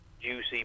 juicy